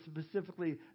specifically